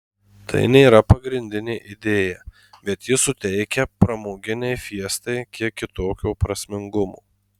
tai nėra pagrindinė idėja bet ji suteikia pramoginei fiestai kiek kitokio prasmingumo